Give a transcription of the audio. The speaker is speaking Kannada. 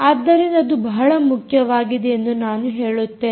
ಆದ್ದರಿಂದ ಅದು ಬಹಳ ಮುಖ್ಯವಾಗಿದೆ ಎಂದು ನಾನು ಹೇಳುತ್ತೇನೆ